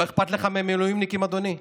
לא אכפת לך מהמילואימניקים, אדוני?